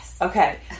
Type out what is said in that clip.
Okay